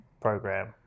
program